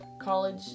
college